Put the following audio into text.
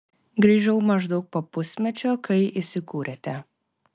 grįžau maždaug po pusmečio kai įsikūrėte